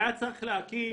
היה צריך להקים